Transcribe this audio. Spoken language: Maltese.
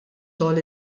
xogħol